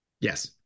Yes